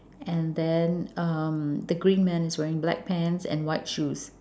and then um the green man is wearing black pants and white shoes